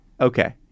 Okay